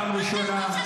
ארבעה קולות שהיו חסרים.